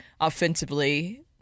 offensively